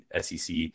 SEC